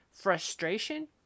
Frustration